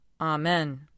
Amen